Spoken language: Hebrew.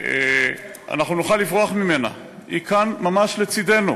שאנחנו נוכל לברוח ממנה, היא כאן, ממש לצדנו,